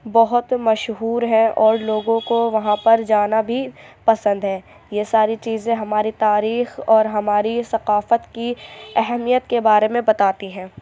بہت مشہور ہیں اور لوگوں کو وہاں پر جانا بھی پسند ہے یہ ساری چیزیں ہماری تاریخ اور ہماری ثقافت کی اہمیت کے بارے میں بتاتی ہیں